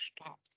stop